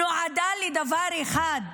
נועדה לדבר אחד: